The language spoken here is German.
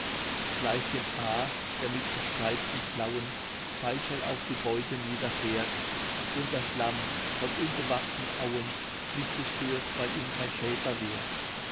gleich dem aar der mit gespreizten klauen pfeilschnell auf die beute niederfährt und das lamm von unbewachten auen mit sich führt weil ihm kein schäfer wehrt